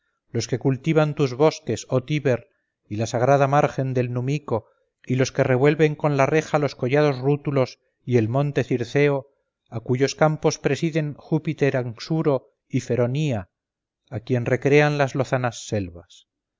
los que cultivan tus bosques oh tíber y la sagrada margen del numico y los que revuelven con la reja los collados rútulos y el monte circeo a cuyos campos presiden júpiter anxuro y feronía a quien recrean las lozanas selvas